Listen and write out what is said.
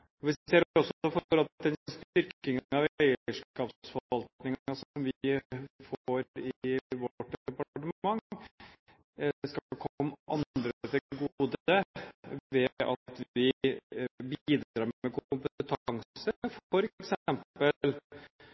Næringsdepartementet. Vi sier også at den styrkingen av eierskapsforvaltningen som vi får i vårt departement, skal komme andre til gode ved at vi bidrar med